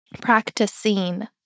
practicing